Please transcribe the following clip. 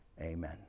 Amen